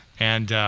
and